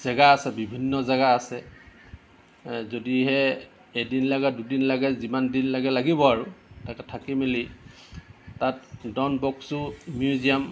জেগা আছে বিভিন্ন জেগা আছে যদিহে এদিন লাগে দুদিন লাগে যিমান দিন লাগে লাগিব আৰু তাতে থাকি মেলি তাত ডনবস্ক' মিউজিয়াম